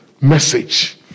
message